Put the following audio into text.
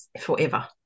forever